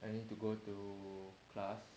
I need to go to class